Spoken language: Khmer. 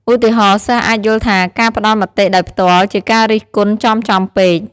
ឧទាហរណ៍ សិស្សអាចយល់ថាការផ្តល់មតិដោយផ្ទាល់ជាការរិះគន់ចំៗពេក។